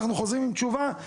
אנחנו חוזרים עם תשובה.